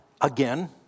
again